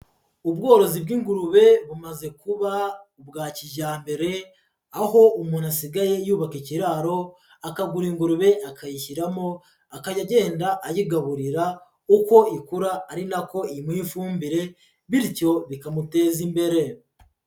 Ubworozi bw'ingurube bumaze kuba ubwa kijyambere, aho umuntu asigaye yubaka ikiraro akagura ingurube akayishyiramo, akajya agenda ayigaburira uko ikura ari nako imuha ifumbire, bityo bikamuteza imbere.